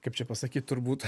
kaip čia pasakyt turbūt